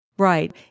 Right